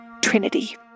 Trinity